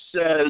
says